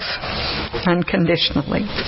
unconditionally